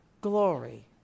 glory